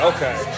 Okay